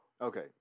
Okay